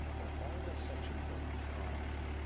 that all dissections are contrived.